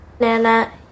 Nana